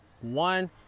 One